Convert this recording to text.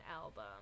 album